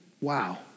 wow